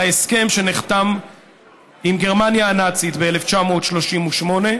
להסכם שנחתם עם גרמניה הנאצית ב-1938,